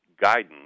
guidance